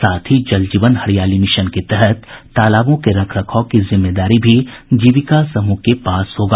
साथ ही जल जीवन हरियाली मिशन के तहत तालाबों के रख रखाव की जिम्मेदारी भी जीविका समूह के पास होगा